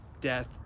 death